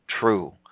true